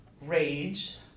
rage